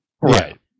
Right